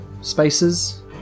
spaces